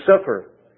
suffer